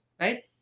Right